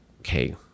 okay